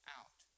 out